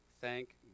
Thank